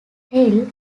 still